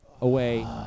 away